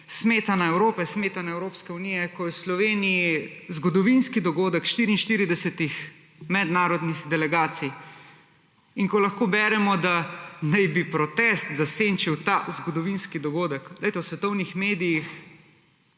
smetana Evrope, smetana Evropske unije, ko je v Sloveniji zgodovinski dogodek 44-ih mednarodnih delegacij in ko lahko beremo, da naj bi protest zasenčil ta zgodovinski dogodek. Glejte, v svetovnih medijih